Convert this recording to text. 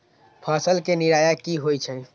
फसल के निराया की होइ छई?